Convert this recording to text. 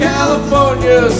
California